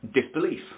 disbelief